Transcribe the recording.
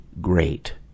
great